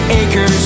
acres